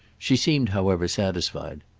she seemed, however, satisfied.